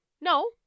No